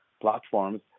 platforms